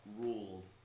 ruled